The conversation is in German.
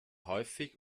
häufig